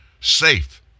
safe